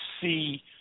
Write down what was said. see